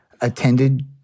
attended